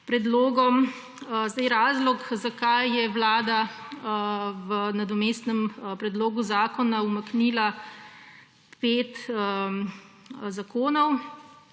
predlogom. Razlog, zakaj je Vlada v nadomestnem predlogu zakona umaknila pet zakonov,